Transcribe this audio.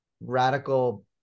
radical